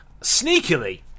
Sneakily